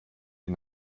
den